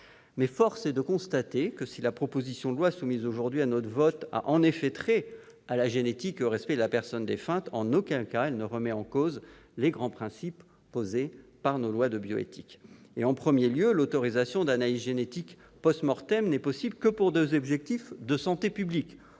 force est de constater que, si la proposition de loi soumise aujourd'hui à notre vote a bien trait à la génétique et au respect de la personne défunte, en aucun cas elle ne remet en cause les grands principes posés par nos lois de bioéthique. Tout d'abord, l'autorisation d'analyses génétiques n'est possible qu'à des fins de santé publique